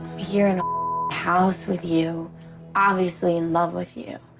here in a house with you obviously in love with you.